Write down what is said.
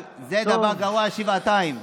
זה דבר גרוע שבעתיים.